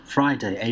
Friday